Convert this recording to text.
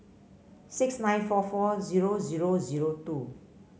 six nine four four zero zero zero two